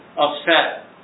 upset